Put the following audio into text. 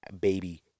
baby